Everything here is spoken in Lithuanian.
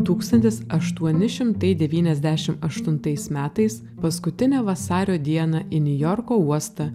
tūkstantis aštuoni šimtai devyniasdešim aštuntais metais paskutinę vasario dieną į niujorko uostą